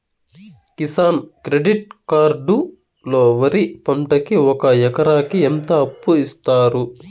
Kisan credit card లో వరి పంటకి ఒక ఎకరాకి ఎంత అప్పు ఇస్తారు?